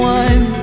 one